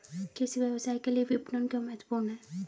कृषि व्यवसाय के लिए विपणन क्यों महत्वपूर्ण है?